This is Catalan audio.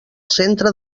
centre